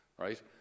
Right